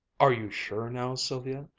are you sure now, sylvia,